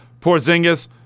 Porzingis